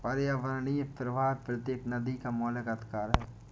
पर्यावरणीय प्रवाह प्रत्येक नदी का मौलिक अधिकार है